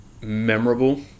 memorable